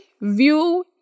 View